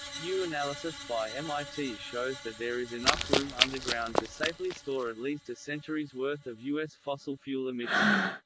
new analysis by mit shows that there is enough room underground to safely store at least a century's worth of u s. fossil fuel emissions.